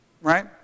Right